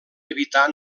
evitar